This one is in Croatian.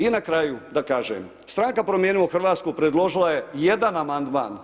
I na kraju da kažem, Stranka promijenimo Hrvatsku predložila je jedan amandman.